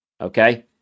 okay